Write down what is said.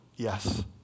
Yes